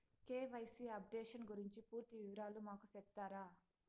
KYC updation గురించి పూర్తి వివరాలు మాకు సెప్తారా?